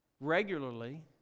regularly